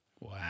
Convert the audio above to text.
Wow